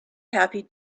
happy